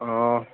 অ